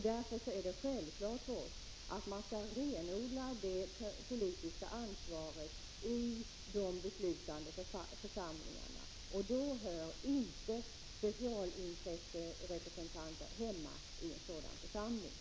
Därför är det självklart för oss att man skall renodla det politiska ansvaret i de beslutande församlingarna, och då hör inte representanter för specialintressen hemma i en sådan församling.